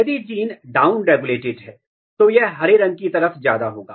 यदि gene down regulated है तो यह हरे रंग की तरफ ज्यादा होगा